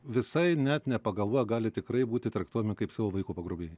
visai net nepagalvoja gali tikrai būti traktuojami kaip savo vaiko pagrobėjai